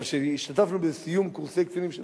אבל כשהשתתפנו בסיום קורסי קצינים של